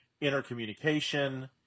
intercommunication